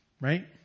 Right